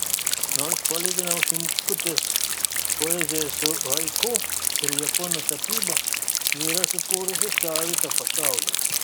nors palyginau šimkutės poeziją su haiku ir japonų tapyba ji yra sukūrusi savitą pasaulį